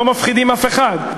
לא מפחידים אף אחד.